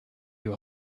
you